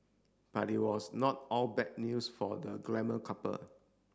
but it was not all bad news for the glamour couple